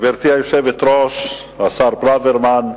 גברתי היושבת-ראש, השר ברוורמן,